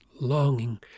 longing